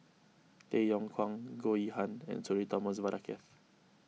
Tay Yong Kwang Goh Yihan and Sudhir Thomas Vadaketh